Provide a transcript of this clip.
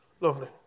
Lovely